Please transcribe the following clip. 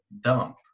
dump